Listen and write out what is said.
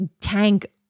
tank